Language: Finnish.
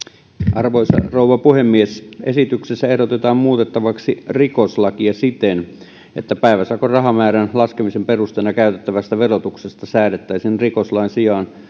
arvoisa rouva puhemies esityksessä ehdotetaan muutettavaksi rikoslakia siten että päiväsakon rahamäärän laskemisen perusteena käytettävästä verotuksesta säädettäisiin rikoslain sijaan